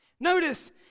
Notice